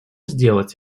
сделать